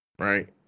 Right